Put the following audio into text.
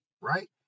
right